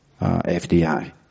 FDI